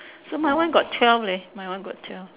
so my one got twelve leh my one got twelve